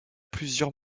plusieurs